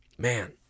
Man